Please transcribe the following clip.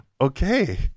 okay